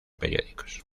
periódicos